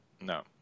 No